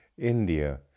India